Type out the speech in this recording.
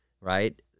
right